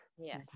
Yes